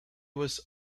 was